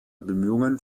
bemühungen